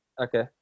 okay